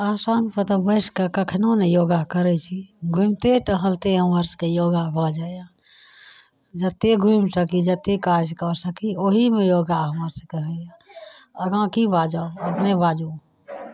आसनपर तऽ बैसिके कखनहु नहि योगा करै छी घुमिते टहलते हमर सभके योगा भऽ जाइए जतेक घुमि सकी जतेक काज कऽ सकी ओहीमे योगा हमर सभके होइए आगाँ कि बाजब अपनेँ बाजू